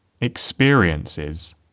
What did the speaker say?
Experiences